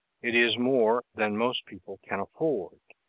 it is more than most people can afford